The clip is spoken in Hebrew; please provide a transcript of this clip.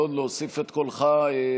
חבר הכנסת יעלון, להוסיף את קולך בעד